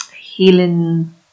healing